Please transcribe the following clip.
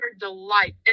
delight